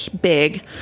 big